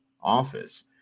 office